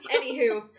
Anywho